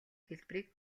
хэлбэрийг